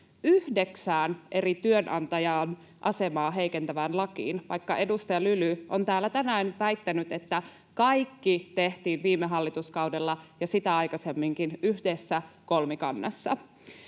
yhdeksään eri työnantajan asemaa heikentävään lakiin — vaikka edustaja Lyly on täällä tänään väittänyt, että kaikki tehtiin viime hallituskaudella ja sitä aikaisemminkin yhdessä kolmikannassa.